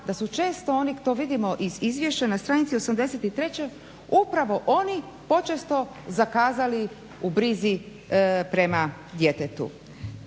da su često oni to vidimo iz izvješća na stranici 83.upravo oni počesto zakazali u brizi prema djetetu.